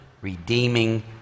redeeming